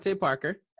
Parker